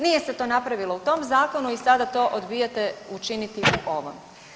Nije se to napravilo u tom zakonu i sada to odbijate učiniti u ovom.